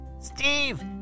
Steve